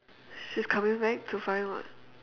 she's coming back to find what